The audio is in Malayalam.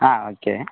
ആ ഓക്കെ